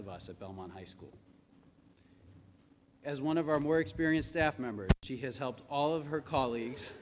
of us at belmont high school as one of our more experienced staff members she has helped all of her colleagues